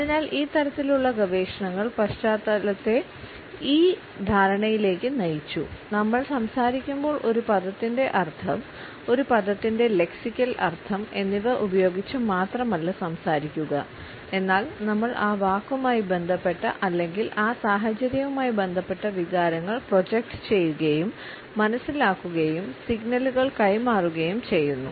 അതിനാൽ ഈ തരത്തിലുള്ള ഗവേഷണങ്ങൾ പശ്ചാത്തലത്തെ ഈ ധാരണയിലേക്ക് നയിച്ചു നമ്മൾ സംസാരിക്കുമ്പോൾ ഒരു പദത്തിന്റെ അർത്ഥം ഒരു പദത്തിന്റെ ലെക്സിക്കൽ അർത്ഥം എന്നിവ ഉപയോഗിച്ച് മാത്രമല്ല സംസാരിക്കുക എന്നാൽ നമ്മൾ ആ വാക്കുമായി ബന്ധപ്പെട്ട അല്ലെങ്കിൽ ആ സാഹചര്യവുമായി ബന്ധപ്പെട്ട വികാരങ്ങൾ പ്രോജക്റ്റ് ചെയ്യുകയും മനസ്സിലാക്കുകയും സിഗ്നലുകൾ കൈമാറുകയും ചെയ്യുന്നു